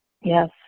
Yes